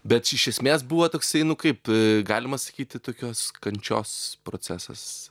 bet š iš esmės buvo toksai nu kaip galima sakyti tokios kančios procesas